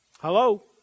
Hello